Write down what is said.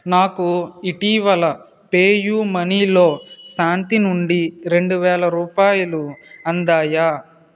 నాకు ఇటీవల పేయూమనీలో శాంతి నుండి రెండు వేల రూపాయలు అందాయా